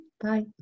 Bye